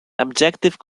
objective